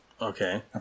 Okay